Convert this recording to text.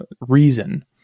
reason